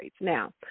Now